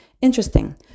Interesting